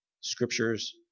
scriptures